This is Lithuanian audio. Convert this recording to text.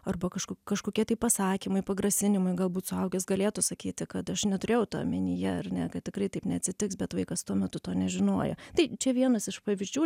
arba kažku kažkokie tai pasakymai pagrasinimai galbūt suaugęs galėtų sakyti kad aš neturėjau to omenyje ar ne kad tikrai taip neatsitiks bet vaikas tuo metu to nežinojo tai čia vienas iš pavyzdžių